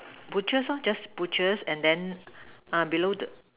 butchers lor just butchers and then uh below the